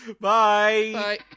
Bye